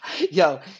Yo